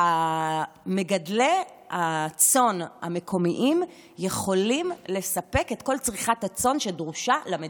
מגדלי הצאן המקומיים יכולים לספק את כל צריכת הצאן שדרושה למדינה,